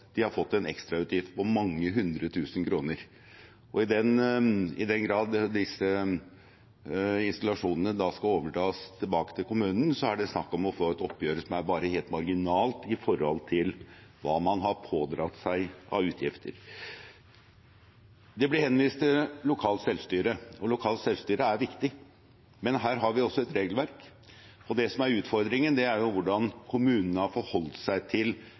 de har fått en ekstrautgift på mange hundretusen kroner. I den grad disse installasjonene skal overdras tilbake til kommunen, er det snakk om å få et oppgjør som er bare marginalt i forhold til hva man har pådratt seg av utgifter. Det blir henvist til lokalt selvstyre. Lokalt selvstyre er viktig, men her har vi også et regelverk, og det som er utfordringen, er hvordan kommunene har forholdt seg til